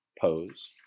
pose